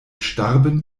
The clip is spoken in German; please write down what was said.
starben